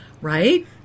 Right